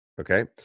Okay